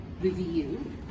review